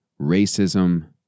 Racism